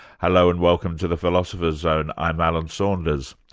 hello, and welcome to the philosopher's zone i'm alan saunders.